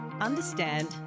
understand